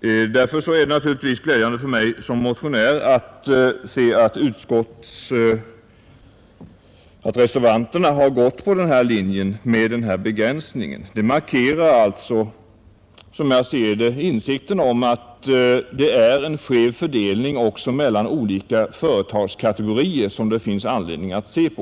Naturligtvis är det glädjande för mig som motionär att se att reservanterna har gått på linjen med den här begränsningen. Det markerar alltså, som jag ser det, insikten om att det är en skev fördelning också mellan olika företagskategorier, som det finns anledning att se på.